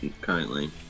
currently